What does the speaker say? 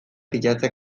pilatzea